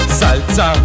salsa